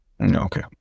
Okay